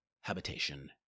habitation